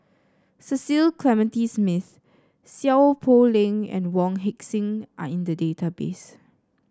Cecil Clementi Smith Seow Poh Leng and Wong Heck Sing are in the database